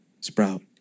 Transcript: sprout